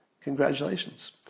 Congratulations